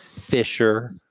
Fisher